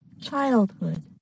Childhood